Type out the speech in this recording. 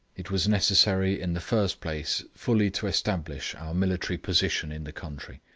it was necessary, in the first place, fully to establish our military position in the country.